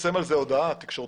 הודעה תקשורתית.